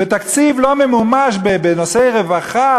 ותקציב לא ממומש בנושא רווחה,